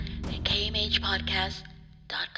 kmhpodcast.com